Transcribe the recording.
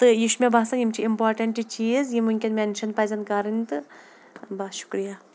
تہٕ یہِ چھُ مےٚ باسان یِم چھِ اِمپاٹَنٛٹ چیٖز یِم وٕنۍکٮ۪ن مٮ۪نشَن پَزٮ۪ن کَرٕنۍ تہٕ بَس شُکریہ